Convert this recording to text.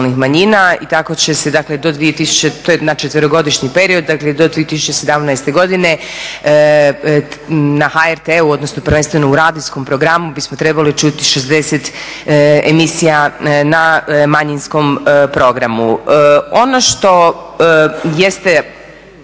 period, dakle do 2017. godine na HRT-u odnosno prvenstveno u radijskom programu bismo trebali čuti 60 emisija na manjinskom programu. Ono što jeste